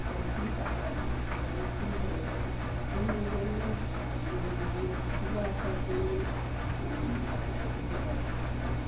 ও ঠিক আবার আগের মতোই হয়ে যাবে আমি এই জন্য আমি এইজন্য আমার স্কুলে আসার জন্য আপনাকে ডেকে পাঠিয়েছিলাম